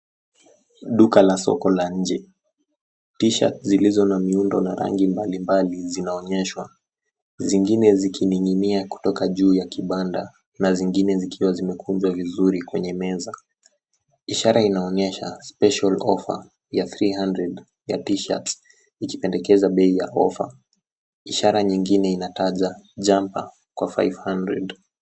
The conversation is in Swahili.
Duka la soko la nje. cs[T-shirts]cs zilizo na miundo na rangi mbalimbali zinaonyeshwa. Zingine zikining'inia kutoka juu ya kibanda na zingine zikiwa zimekunjwa vizuri kwenye meza. Ishara inaonyesha cs[special offer]cs ya cs[three hundred]cs ya cs[t-shirts]cs, ikipendekeza bei ya cs[offer]cs. Ishara nyingine inataja cs[jumper]cs kwa cs[five hundred]cs.